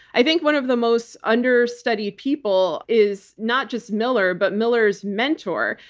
i think one of the most understudied people is not just miller, but miller's mentor,